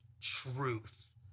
truth